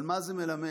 אבל מה זה מלמד?